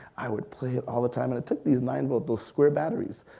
i would play it all the time and it took these nine volt, those square batteries.